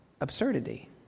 absurdity